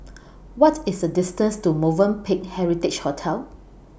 What IS The distance to Movenpick Heritage Hotel